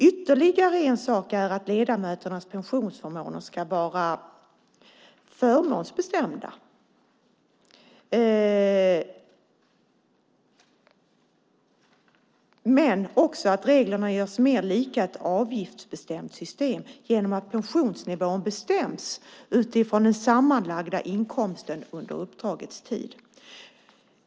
Ytterligare en sak är att ledamöternas pensionsförmåner ska vara förmånsbestämda men också att reglerna görs mer lika ett avgiftsbestämt system genom att pensionsnivån bestäms utifrån den sammanlagda inkomsten under uppdragets tid.